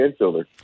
infielder